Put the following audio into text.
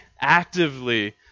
actively